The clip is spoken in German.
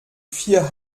vier